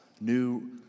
new